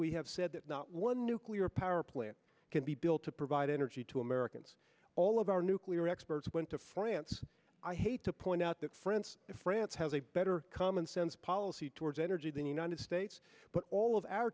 we have said that not one nuclear power plant can be built to provide energy to americans all of our nuclear experts went to france i hate to point out that france france has a better commonsense policy towards energy than the united states but all of our